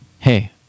Hey